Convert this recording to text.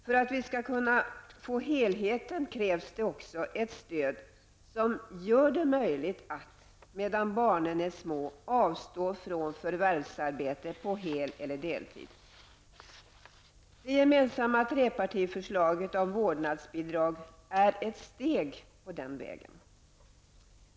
För att vi skall kunna åstadkomma en bra helhet krävs också ett stöd som gör det möjligt att medan barnen är små avstå från förvärvsarbete på hel eller deltid. Det gemensamma trepartiförslaget om vårdnadsbidrag är ett steg på den vägen.